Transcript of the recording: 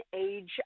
age